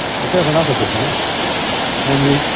but there is another difference namely,